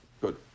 Good